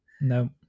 No